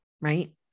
Right